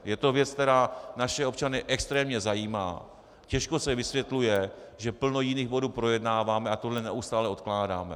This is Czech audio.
Je to věc, která naše občany extrémně zajímá, těžko se vysvětluje, že plno jiných bodů projednáváme a tohle neustále odkládáme.